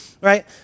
right